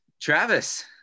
Travis